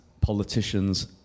politicians